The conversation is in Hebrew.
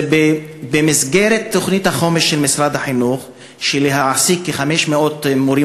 זה במסגרת תוכנית החומש של משרד החינוך להעסיק כ-500 מורים